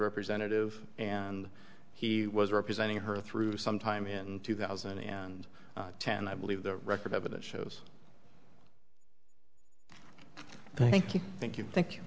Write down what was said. representative and he was representing her through sometime in two thousand and ten i believe the record evidence shows thank you thank you you thank